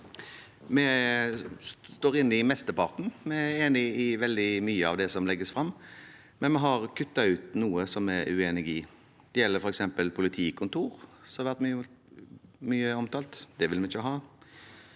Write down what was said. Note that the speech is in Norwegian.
Vi står inne i mesteparten – vi er enig i veldig mye av det som legges frem – men vi har kuttet ut noe som vi er uenig i. Det gjelder f.eks. nye politikontor, som har vært mye omtalt – det vil vi ikke ha.